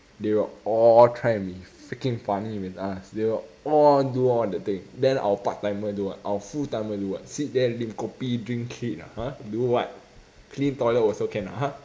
they will all try and be freaking funny man ah they will all do all the thing then our part timer do what then our full timer do what sit there and lim kopi drink !huh! do what clean toilet also can ah !huh!